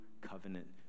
covenant